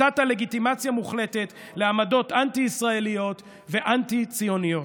נתת לגיטימציה מוחלטת לעמדות אנטי-ישראליות ואנטי-ציוניות.